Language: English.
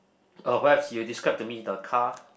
perhaps you describe to me the car